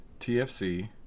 TFC